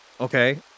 okay